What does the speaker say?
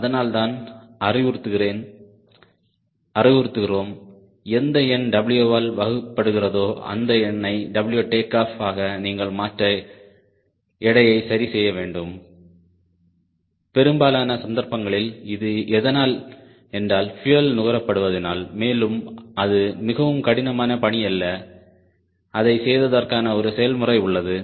அதனால்தான் அறிவுறுத்துகிறோம் எந்த எண் W ஆல் வகு படுகிறதோ அந்த எண்ணை W டேக் ஆஃப் ஆக நீங்கள் மாற்ற எடையை சரி செய்ய வேண்டும் பெரும்பாலான சந்தர்ப்பங்களில் இது எதனால் என்றால் பியூயல் நுகரபடுவதினால் மேலும் அது மிகவும் கடினமான பணி அல்ல அதைச் செய்வதற்கான ஒரு செயல்முறை உள்ளது